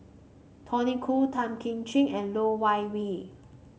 Tony Khoo Tan Kim Ching and Loh Wai we